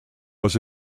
was